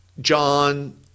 john